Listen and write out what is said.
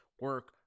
Work